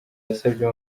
yasabye